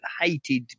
hated